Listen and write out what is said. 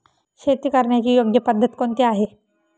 शेती करण्याची योग्य पद्धत कोणती आहे?